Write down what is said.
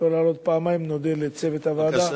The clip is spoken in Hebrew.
לעלות פעמיים, אני אודה לצוות הוועדה.